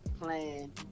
plan